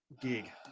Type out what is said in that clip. Gig